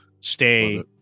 stay